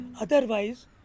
otherwise